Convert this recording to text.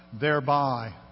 thereby